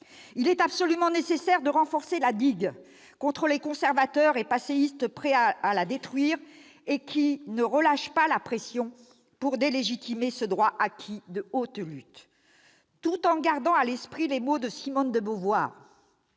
Il est absolument nécessaire de renforcer la digue contre les conservateurs et les passéistes prêts à la détruire et qui ne relâchent pas la pression pour délégitimer ce droit acquis de haute lutte. Gardons à l'esprit les mots de Simone de Beauvoir